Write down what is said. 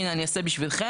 הנה אני אעשה בשבילכם.